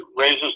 raises